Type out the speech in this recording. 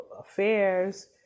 affairs